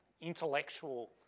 intellectual